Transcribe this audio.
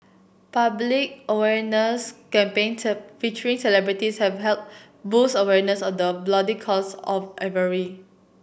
public awareness campaigns featuring celebrities have helped boost awareness of the bloody cost of ivory